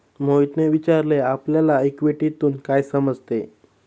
मोहितने विचारले आपल्याला इक्विटीतून काय समजते?